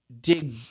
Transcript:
dig